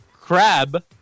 Crab